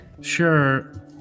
Sure